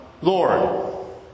Lord